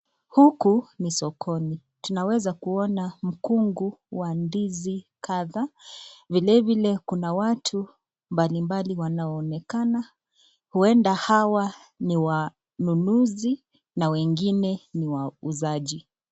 Huku ni sokoni. Tunaweza kuona mkungu wa ndizi kadhaa. Vilevile kuna watu mbalimbali wanaonekana, huenda hawa ni wanunuzi na wengine ni wauzaji.